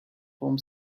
home